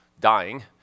dying